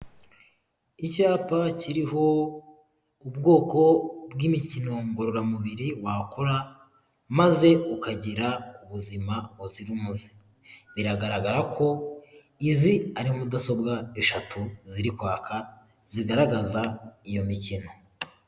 Icyapa kiriho ubwoko bw'imikino ngororamubiri wakora maze ukagira ubuzima buzira umuze biragaragara ko izi ari mudasobwa eshatu ziri kwaka zigaragaza iyo mikino.